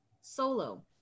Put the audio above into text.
solo